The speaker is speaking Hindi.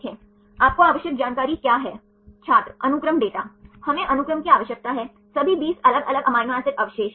ये कार्बोनिल ऑक्सीजन और i और i 3 के बीच एमाइड नाइट्रोजन के बीच हाइड्रोजन बंधन थे